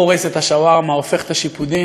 פורס את השווארמה, הופך את השיפודים.